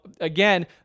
again